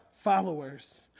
Followers